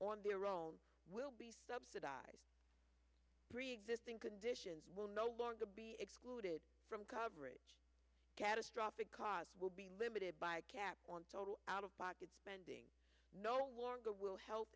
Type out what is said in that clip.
on their own will be subsidized preexisting conditions will no longer be excluded from coverage catastrophic costs will be limited by a cap on out of pocket spending no longer will health